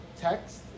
text